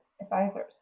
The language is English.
advisors